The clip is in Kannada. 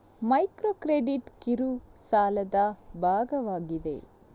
ಮೈಕ್ರೋ ಕ್ರೆಡಿಟ್ ಕಿರು ಸಾಲದ ಭಾಗವಾಗಿದೆ